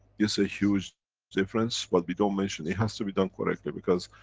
is a huge difference, but we don't mention, it has to be done correctly, because,